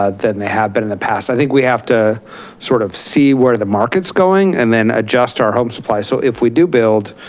ah than they have been in the past, i think we have to sort of see where the markets going and then adjust our home supply. so if we do build,